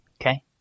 Okay